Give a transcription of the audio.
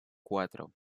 cuatro